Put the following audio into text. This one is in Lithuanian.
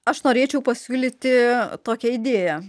aš norėčiau pasiūlyti tokią idėją